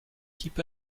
keep